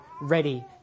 ready